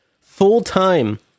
full-time